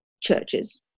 churches